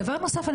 דבר נוסף,